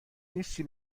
نیستی